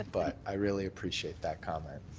but but i really appreciate that comment.